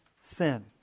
sin